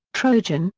trojan,